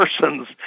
persons